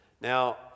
Now